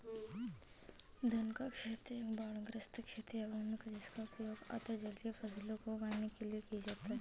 धान का खेत एक बाढ़ग्रस्त खेत या भूमि है जिसका उपयोग अर्ध जलीय फसलों को उगाने के लिए किया जाता है